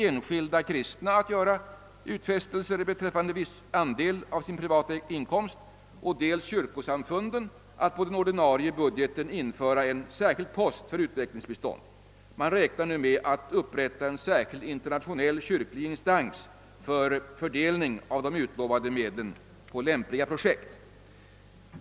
enskilda kristna att göra utfästelser beträffande viss andel av sin privata inkomst, dels kyrkosamfunden att på den ordinarie budgeten införa en särskild post för utvecklingsbistånd. Man räknar nu med att upprätta en särskild internationell kyrklig instans för fördelning av de utlovade medlen på lämpliga projekt.